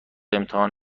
امتحان